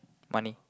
funny